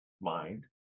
mind